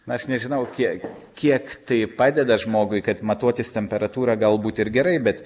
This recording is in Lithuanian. na aš nežinau kiek kiek tai padeda žmogui kad matuotis temperatūrą galbūt ir gerai bet